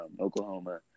Oklahoma